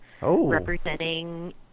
representing